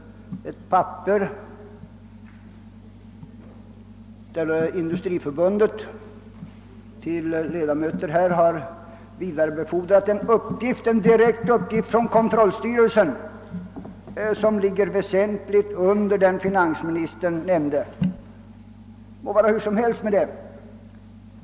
Industriförbundet har emellertid vidarebefordrat en direkt uppgift från kontrollstyrelsen, som ligger väsentligt under de siffror finansministern nämnde. Det må vara hur som helst med detta.